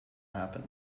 happen